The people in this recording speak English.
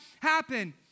happen